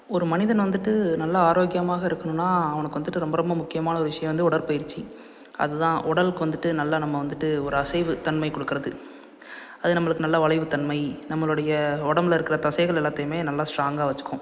ஒரு மனிதன் வந்துட்டு நல்லா ஆரோக்கியமாக இருக்கணும்னா அவனுக்கு வந்துட்டு ரொம்ப ரொம்ப முக்கியமான ஒரு விஷயோம் வந்து உடற்பயிற்சி அது தான் உடலுக்கு வந்துட்டு நல்லா நம்ம வந்துட்டு ஒரு அசைவு தன்மை கொடுக்கறது அது நம்மளுக்கு நல்லா வளைவு தன்மை நம்மளுடைய உடம்பில் இருக்கிற தசைகள் எல்லாத்தையுமே நல்லா ஸ்ட்ராங்காக வச்சிக்கும்